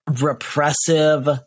repressive